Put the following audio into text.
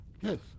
Yes